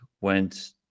went